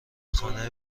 خانه